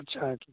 अच्छा